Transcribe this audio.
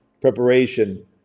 preparation